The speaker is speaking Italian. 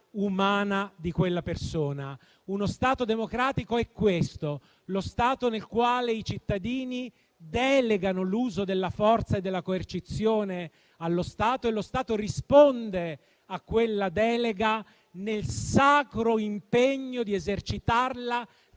umana di quella persona. Uno Stato democratico è questo: lo Stato nel quale i cittadini delegano l'uso della forza e della coercizione allo Stato e lo Stato risponde a quella delega nel sacro impegno di esercitarla